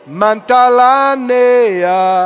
mantalanea